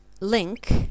link